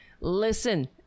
Listen